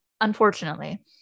unfortunately